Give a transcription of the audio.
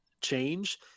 change